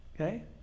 Okay